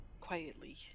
Quietly